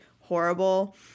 horrible